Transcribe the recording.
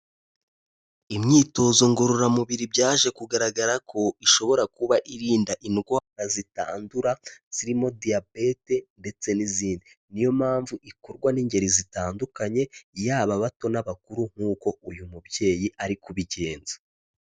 Imyitozo ngororamubiri byaje kugaragara ko ishobora kuba irinda indwara zitandura, zirimo diyabete ndetse n'izindi. Ni yo mpamvu ikorwa n'ingeri zitandukanye, yaba abato n'abakuru nkuko uyu mubyeyi ari kubigenza.